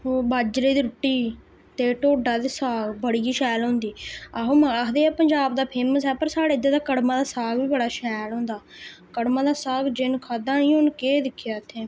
ओह् बाजरे दी रूट्टी ते ढोडा ते साग बड़ी गै शैल होंदी आहो आखदे पंजाब दा फेमस ऐ पर साढ़े इद्धरा दा कड़मा दा साग बी बड़ा शैल होंदा कड़मा दा साग जिन खादा नीं उन केह् दिक्खेआ इत्थै